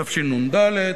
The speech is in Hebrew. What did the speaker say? תשנ"ד: